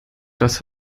das